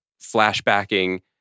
flashbacking